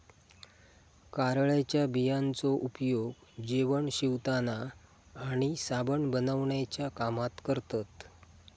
कारळ्याच्या बियांचो उपयोग जेवण शिवताना आणि साबण बनवण्याच्या कामात करतत